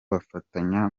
bafatanya